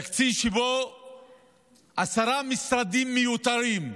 תקציב שבו עשרה משרדים מיותרים,